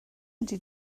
ydy